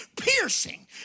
piercing